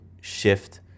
shift